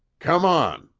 come on!